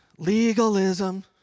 legalism